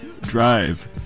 drive